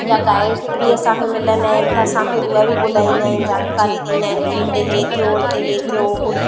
या गाइस्ट बि असांखे मिलंदा आहिनि त असांखे उहा बि ॿुधाईंदा आहिनि जानकारी ॾींदा आहिनि की हिते इहे थियो हिते इहे थियो